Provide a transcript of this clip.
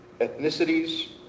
ethnicities